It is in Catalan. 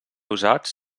usats